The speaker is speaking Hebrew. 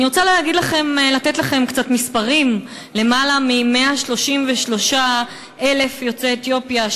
אני רוצה לתת לכם קצת מספרים: למעלה מ-133,000 יוצאי אתיופיה,